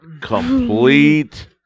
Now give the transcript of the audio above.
complete